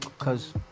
Cause